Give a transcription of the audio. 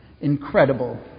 incredible